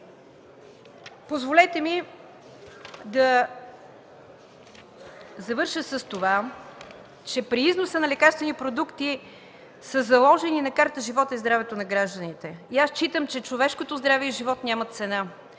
Позволете ми да завърша със следното. При износа на лекарствени продукти са заложени на карта животът и здравето на гражданите. Считам, че човешкото здраве и живот нямат цена.